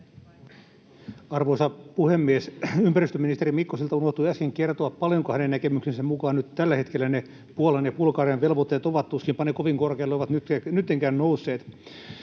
Arvoisa puhemies! Ympäristöministeri Mikkoselta unohtui äsken kertoa, paljonko hänen näkemyksensä mukaan nyt tällä hetkellä ne Puolan ja Bulgarian velvoitteet ovat — tuskinpa ne kovin korkealle ovat nyttenkään nousseet.